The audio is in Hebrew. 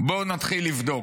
בואו נתחיל לבדוק?